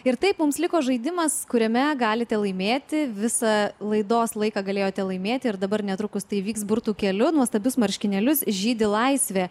ir taip mums liko žaidimas kuriame galite laimėti visą laidos laiką galėjote laimėti ir dabar netrukus tai vyks burtų keliu nuostabius marškinėlius žydi laisvė